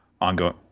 ongoing